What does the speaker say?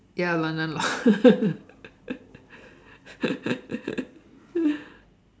ya lah ya lah